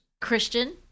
Christian